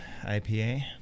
IPA